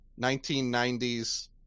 1990s